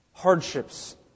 hardships